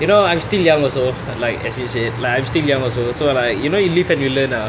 you know I'm still young also like as you said like I'm still young also so like even you leave and you learn ah